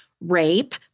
rape